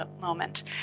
moment